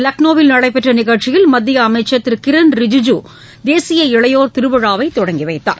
லக்னோவில் நடைபெற்ற நிகழ்ச்சியில் மத்திய அமைச்சர் திரு கிரண் ரிஜிஜூ தேசிய இளையோர் திருவிழாவை தொடங்கி வைத்தார்